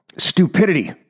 Stupidity